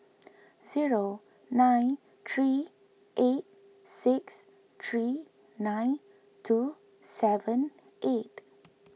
zero nine three eight six three nine two seven eight